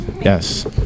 Yes